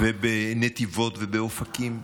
עד נתיבות ואופקים,